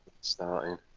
starting